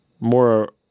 more